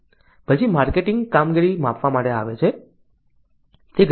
પછી માર્કેટિંગ કામગીરી માપવા આવે છે